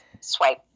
swipe